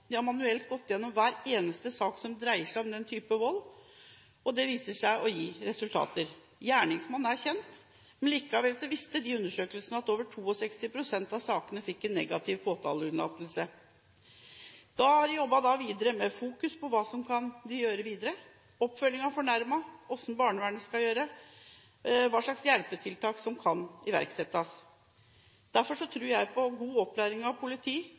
De har manuelt gått igjennom hver eneste sak som dreier seg om den type vold, og det viser seg å gi resultater. Gjerningsmannen er kjent, likevel viste undersøkelsene at over 62 pst. av sakene endte med påtaleunnlatelse. De har fokusert på hva de kan gjøre videre – oppfølging av fornærmede, hva barnevernet skal gjøre, hva slags hjelpetiltak som kan iverksettes. Derfor tror jeg på god opplæring av